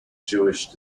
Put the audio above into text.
jewish